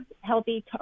healthy